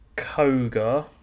Koga